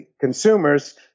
consumers